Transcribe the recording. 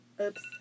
Oops